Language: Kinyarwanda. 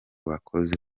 bakozi